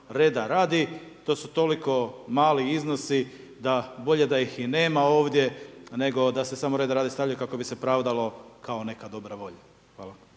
reda radi. To su toliko mali iznosi da bolje da ih i nema ovdje nego da se samo reda radi stavljaju kako bi se pravdalo kao neka dobra volja. Hvala